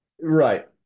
right